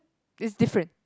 it's different